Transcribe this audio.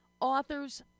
authors